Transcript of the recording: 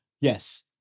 Yes